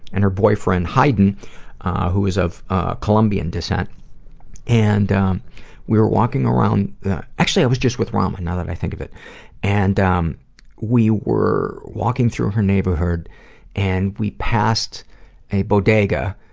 and her boyfriend haydn who is of ah colombian descent and um we were walking around actually, i was just with rama now that i think of it and um we were walking through her neighborhood and we passed a bodega